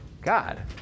God